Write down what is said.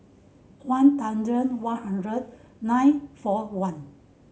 one one hundred nine four one